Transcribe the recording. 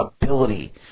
ability